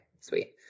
Sweet